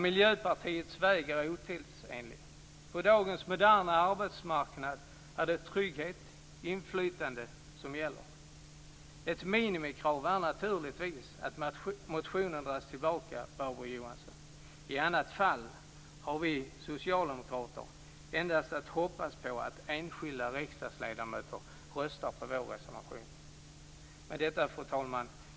Miljöpartiets väg är otidsenlig. På dagens moderna arbetsmarknad är det trygghet och inflytande som gäller. Ett minimikrav är naturligtvis att dra tillbaka motionen, Barbro Johansson. I annat fall har vi socialdemokrater endast att hoppas på att enskilda riksdagsledamöter röstar på vår reservation. Fru talman!